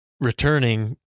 returning